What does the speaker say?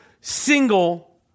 single